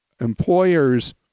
employers